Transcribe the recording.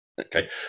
okay